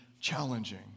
challenging